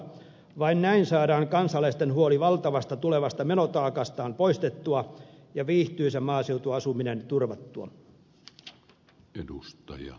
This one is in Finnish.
vain näin saadaan kansalaisten huoli valtavasta tulevasta menotaakastaan poistettua ja viihtyisä maaseutuasuminen turvattua